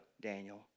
Daniel